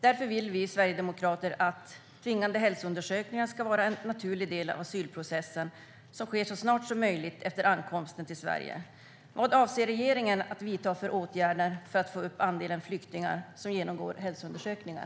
Därför vill vi sverigedemokrater att tvingande hälsoundersökningar ska vara en naturlig del av asylprocessen och ske så snart som möjligt efter ankomsten till Sverige. Vad avser regeringen att vidta för åtgärder för att få upp andelen flyktingar som genomgår hälsoundersökningar?